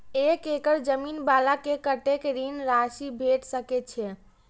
एक एकड़ जमीन वाला के कतेक ऋण राशि भेट सकै छै?